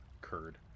Curd